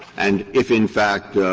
and if, in fact,